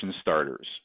starters